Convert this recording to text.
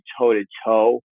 toe-to-toe